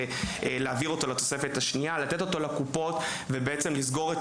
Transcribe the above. להעביר אותן את התוספת השנייה בחוק התקציב ולסגור את